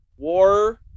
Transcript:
War